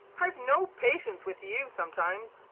i've no patience with you sometimes.